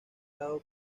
dado